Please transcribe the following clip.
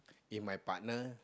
if my partner